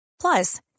Plus